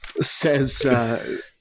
says –